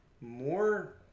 more